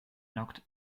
knocked